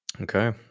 okay